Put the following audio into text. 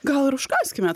gal ir užkąskime